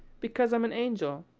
because i'm an angel.